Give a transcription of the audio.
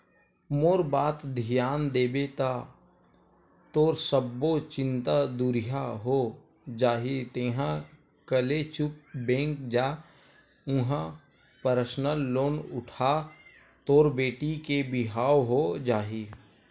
मोर बात धियान देबे ता तोर सब्बो चिंता दुरिहा हो जाही तेंहा कले चुप बेंक जा उहां परसनल लोन उठा तोर बेटी के बिहाव हो जाही